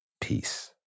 Peace